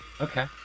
Okay